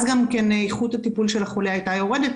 אז גם איכות הטיפול של החולה הייתה יורדת,